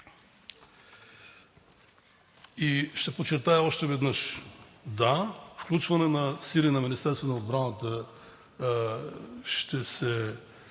Ще подчертая още веднъж – да, включване на сили на Министерството на отбраната ще се